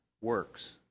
works